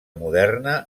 moderna